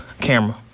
camera